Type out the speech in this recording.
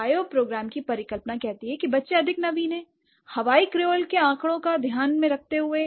bio program की परिकल्पना कहती है कि बच्चे अधिक नवीन हैं हवाई क्रेओल के आंकड़ों को ध्यान में रखते हुए